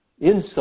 inside